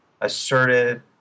Assertive